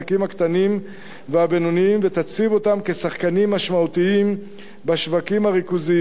הקטנים והבינוניים ותציב אותם כשחקנים משמעותיים בשווקים הריכוזיים,